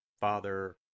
Father